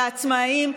לעצמאים,